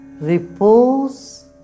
Repose